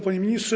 Panie Ministrze!